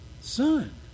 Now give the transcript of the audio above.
son